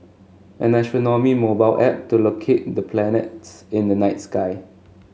an astronomy mobile app to locate the planets in the night sky